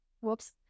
whoops